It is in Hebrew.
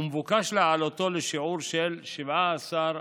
ומבוקש להעלותו לשיעור של 17%,